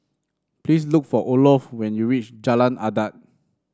please look for Olof when you reach Jalan Adat